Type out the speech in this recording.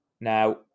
Now